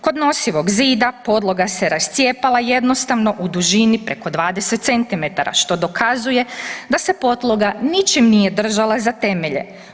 Kod nosivog zida podloga se rascijepala jednostavno u dužini preko 20 cm što dokazuje da se podloga ničim nije držala za temelje.